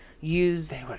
use